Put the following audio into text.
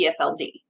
PFLD